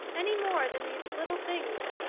any more than these little things,